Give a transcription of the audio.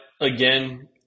again